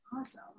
Awesome